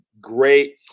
great